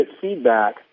feedback